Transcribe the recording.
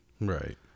Right